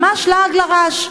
ממש לעג לרש: